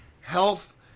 health